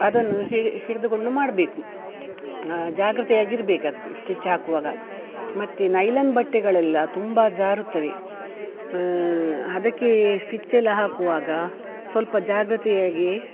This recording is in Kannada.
ಅದನ್ನು ಹಿ ಹಿಡಿದುಕೊಂಡು ಮಾಡಬೇಕು ಜಾಗ್ರತೆಯಾಗಿರ್ಬೇಕು ಅದಕ್ಕೆ ಸ್ಟಿಚ್ ಹಾಕುವಾಗ ಮತ್ತೆ ನೈಲಾನ್ ಬಟ್ಟೆಗಳೆಲ್ಲ ತುಂಬ ಜಾರುತ್ತವೆ ಅದಕ್ಕೆ ಸ್ಟಿಚ್ ಎಲ್ಲ ಹಾಕುವಾಗ ಸ್ವಲ್ಪ ಜಾಗ್ರತೆಯಾಗಿ